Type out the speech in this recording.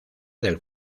del